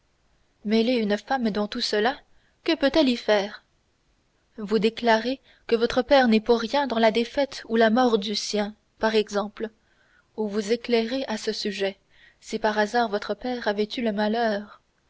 mêler une femme dans tout cela que peut-elle y faire vous déclarer que votre père n'est pour rien dans la défaite ou la mort du sien par exemple ou vous éclairer à ce sujet si par hasard votre père avait eu le malheur